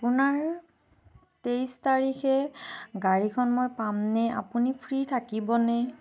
আপোনাৰ তেইছ তাৰিখে গাড়ীখন মই পামনে আপুনি ফ্ৰী থাকিবনে